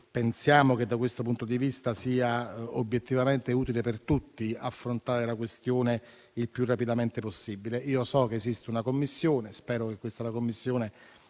Pensiamo che da questo punto di vista sia obiettivamente utile per tutti affrontare la questione il più rapidamente possibile. So che esiste una commissione e spero che possa svolgere